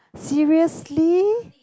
seriously